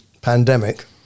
pandemic